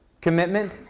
commitment